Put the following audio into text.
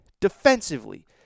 defensively